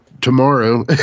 tomorrow